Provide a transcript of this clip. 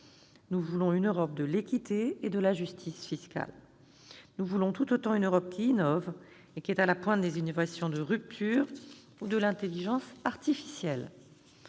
Nous voulons une Europe de l'équité et de la justice fiscales. Nous voulons tout autant une Europe qui innove et qui est à la pointe des innovations de rupture ou de l'intelligence artificielle.